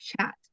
Chat